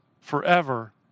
forever